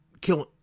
killing